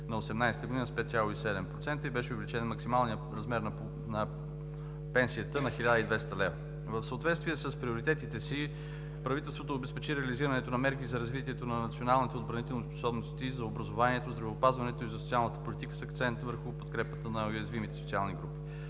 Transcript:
2018 г., с 5,7% и беше увеличен максималният размер на пенсията на 1200 лв. В съответствие с приоритетите си правителството обезпечи реализирането на мерки за развитието на националните отбранителни способности, за образованието, здравеопазването и за социалната политика с акцент върху подкрепата на уязвимите социални групи.